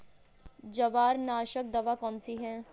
जवारनाशक दवा कौन सी है?